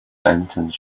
sentence